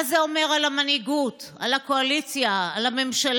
מה זה אומר על המנהיגות, על הקואליציה, על הממשלה?